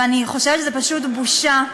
ואני חושבת שזה פשוט בושה.